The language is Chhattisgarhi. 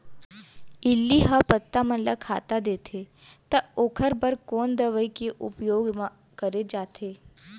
इल्ली ह पत्ता मन ला खाता देथे त ओखर बर कोन दवई के उपयोग ल करे जाथे?